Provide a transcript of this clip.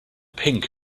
pink